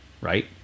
right